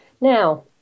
Now